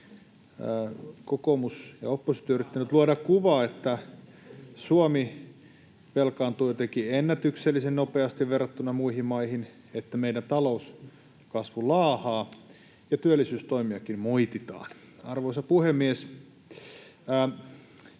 kokoomus ja oppositio on yrittänyt luoda kuvaa, että Suomi velkaantuu jotenkin ennätyksellisen nopeasti verrattuna muihin maihin, että meidän talouskasvu laahaa, ja työllisyystoimiakin moititaan. Arvoisa puhemies!